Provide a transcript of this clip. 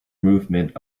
movement